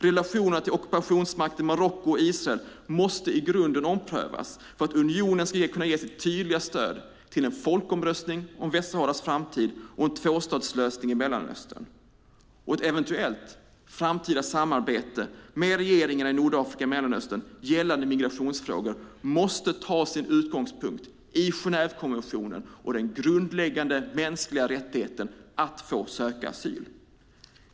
Relationerna till ockupationsmakterna Marocko och Israel måste i grunden omprövas för att unionen ska kunna ge sitt tydliga stöd till en folkomröstning om Västsaharas framtid och en tvåstatslösning i Mellanöstern. Ett eventuellt framtida samarbete med regeringarna i Nordafrika och Mellanöstern gällande migrationsfrågor måste ta sin utgångspunkt i Genèvekonventionen och den grundläggande mänskliga rättigheten att få söka asyl.